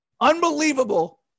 unbelievable